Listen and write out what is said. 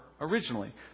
originally